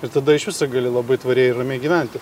ir tada iš viso gali labai tvariai ir ramiai gyventi